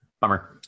bummer